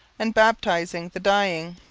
and baptizing the dying.